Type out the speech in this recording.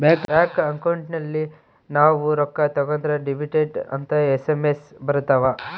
bank account ಅಲ್ಲಿ ನಾವ್ ರೊಕ್ಕ ತಕ್ಕೊಂದ್ರ ಡೆಬಿಟೆಡ್ ಅಂತ ಎಸ್.ಎಮ್.ಎಸ್ ಬರತವ